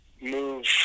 move